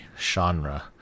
genre